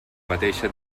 mateixa